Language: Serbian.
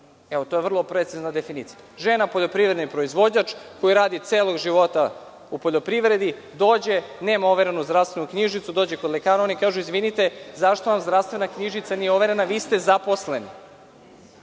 prava. To je vrlo precizna definicija. Žena poljoprivredni proizvođač, koja radi celog života u poljoprivredi, dođe, nema overenu zdravstvenu knjižicu, dođe kod lekara i oni kažu – izvinite, zašto vam zdravstvena knjižica nije overena, vi ste zaposleni?